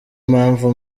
mpamvu